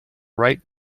write